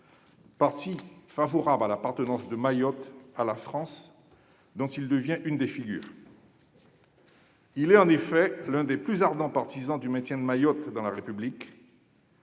parti favorable à l'appartenance de Mayotte à la France, dont il devient l'une des figures. Il est en effet l'un des plus ardents partisans du maintien de Mayotte dans la République.